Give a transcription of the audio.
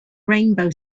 rainbow